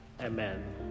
Amen